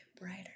brighter